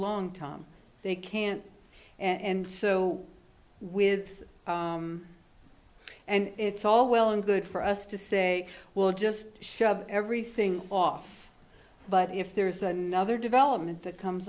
long tom they can't and so with and it's all well and good for us to say well just shove everything off but if there's another development that comes